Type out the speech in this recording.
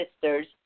sisters